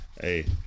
Hey